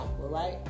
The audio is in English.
right